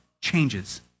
changes